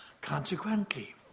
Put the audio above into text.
consequently